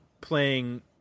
playing